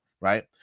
right